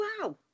wow